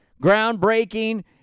groundbreaking